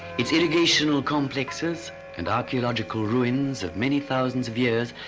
it's irrigational complexes and archaeological ruins of many thousands of years,